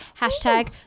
Hashtag